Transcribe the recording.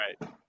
Right